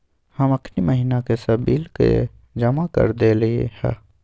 हम अखनी महिना के सभ बिल के जमा कऽ देलियइ ह